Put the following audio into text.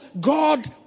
God